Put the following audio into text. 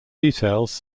details